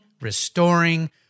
restoring